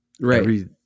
Right